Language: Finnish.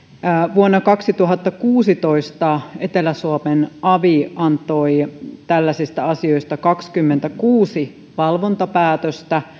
vuonna kaksituhattakuusitoista etelä suomen avi antoi tällaisista asioista kaksikymmentäkuusi valvontapäätöstä